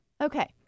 okay